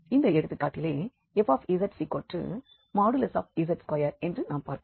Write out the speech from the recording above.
இந்த எடுத்துக்காட்டிலே fzz2 என்று நாம் பார்க்கிறோம்